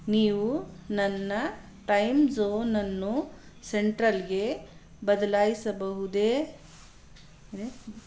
ನೀವು ನನ್ನ ಟೈಮ್ ಝೋನನ್ನು ಸೆಂಟ್ರಲ್ಗೆ ಬದಲಾಯಿಸಬಹುದೇ